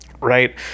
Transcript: right